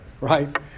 right